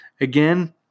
Again